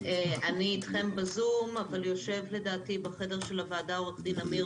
אני בזום אבל בחדר הוועדה יושב עורך דין אמיר